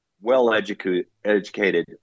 well-educated